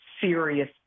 serious